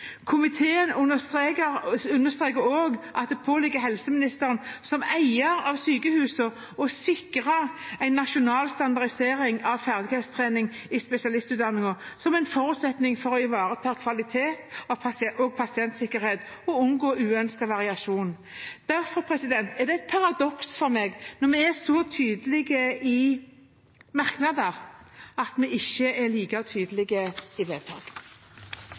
Komiteen understreker også at det påligger helseministeren som eier av sykehusene å sikre en nasjonal standardisering av ferdighetstrening i spesialistutdanningen som en forutsetning for å ivareta kvalitet og pasientsikkerhet og unngå uønsket variasjon. Derfor er det et paradoks for meg når vi er så tydelige i merknader, at vi ikke er like tydelige i vedtak.